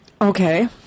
Okay